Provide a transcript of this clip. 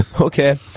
Okay